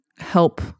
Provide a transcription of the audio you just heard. help